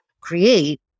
create